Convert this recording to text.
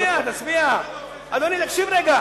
יושב-ראש הקואליציה, תשמע, יכול להיות, שרימפס,